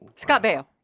scott baio